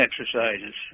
exercises